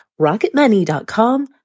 rocketmoney.com